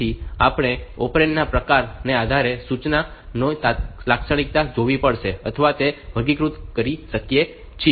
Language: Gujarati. તેથી આપણે ઓપરેન્ડ ના પ્રકારોના આધારે આ સૂચનાઓની લાક્ષણિકતામાં જોવી પડશે અથવા તેને વર્ગીકૃત કરી શકીએ છીએ